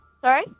Sorry